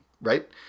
right